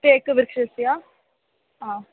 तेक् वृक्षस्य आ